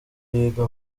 yiga